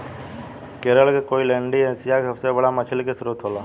केरल के कोईलैण्डी एशिया के सबसे बड़ा मछली के स्त्रोत होला